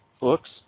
books